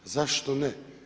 Zašto ne?